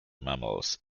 mammals